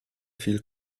viel